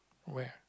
where